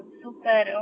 super